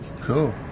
cool